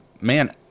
man